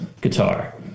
guitar